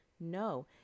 No